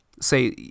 say